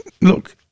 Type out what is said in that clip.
look